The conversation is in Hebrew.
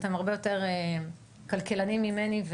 אתם הרבה יותר כלכלנים ממני,